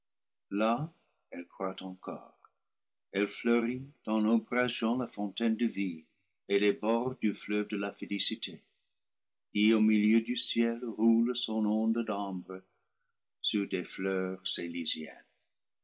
là elle croît encore elle fleurit en ombrageant la fontaine de vie et les bords du fleuve de la félicité qui au milieu du ciel roule son onde d'ambre sur des fleurs élysiennes